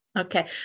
Okay